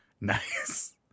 Nice